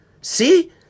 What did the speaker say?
See